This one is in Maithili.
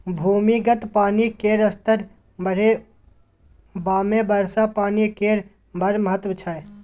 भूमिगत पानि केर स्तर बढ़ेबामे वर्षा पानि केर बड़ महत्त्व छै